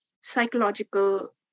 psychological